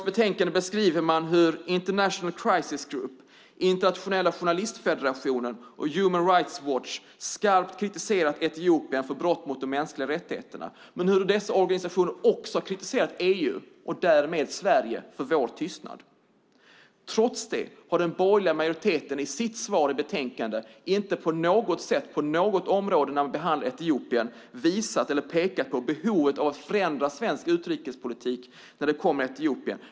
I betänkandet beskriver man hur International Crisis Group, Internationella journalistfederation och Human Rights Watch skarpt har kritiserat Etiopien för brotten mot de mänskliga rättigheterna, men dessa organisationer har också kritiserat EU och därmed också Sverige för vår tystnad. Trots det har den borgerliga majoriteten i sitt svar i betänkandet inte i någon del pekat på behovet att förändra Sveriges utrikespolitik mot Etiopien.